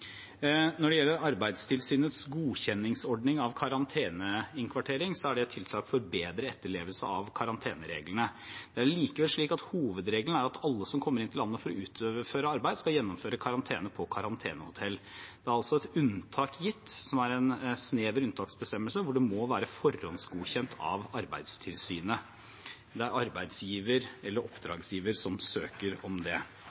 Når det gjelder Arbeidstilsynets godkjenningsordning av karanteneinnkvartering, er det et tiltak for bedre etterlevelse av karantenereglene. Det er likevel slik at hovedregelen er at alle som kommer inn til landet for å utføre arbeid, skal gjennomføre karantene på karantenehotell. Det er altså gitt et unntak, som er en snever unntaksbestemmelse, hvor det må være forhåndsgodkjent av Arbeidstilsynet. Det er arbeidsgiver, eller oppdragsgiver, som søker om det.